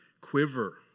quiver